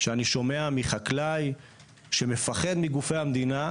שאני שומע מחקלאי שמפחד מגופי המדינה.